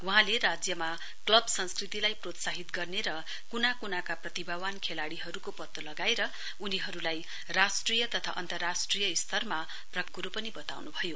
वहाँले राज्यमा क्लब संस्कृतिलाई प्रोत्साहित गर्ने र कुनाकुनाका प्रतिभावान खेलाड़ीहरुको पत्तो लगाएर उनीहरुलाई राष्ट्रिय तथा अन्तराष्ट्रिय स्तरमा प्रकाशमा ल्याउने घोषणा पनि गर्नुभयो